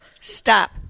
Stop